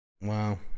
wow